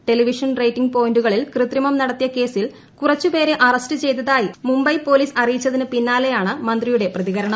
television rating പോയിന്റുകളിൽ കൃത്രിമം നടത്തിയ കേസിൽ കുറച്ചു പേരെ അറസ്റ്റ് ചെയ്തതായി മുംബൈ പോലീസ് അറിയിച്ചതിന് പിന്നാലെയാണ് മന്ത്രിയുടെ പ്രതികരണം